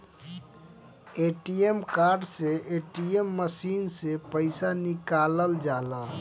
ATM card से ATM machine से पईसा निकालल जाला